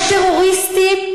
יש טרוריסטים,